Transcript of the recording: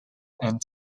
and